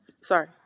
Sorry